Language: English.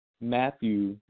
Matthew